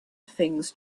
things